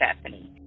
Stephanie